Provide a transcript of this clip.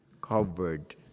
covered